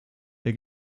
der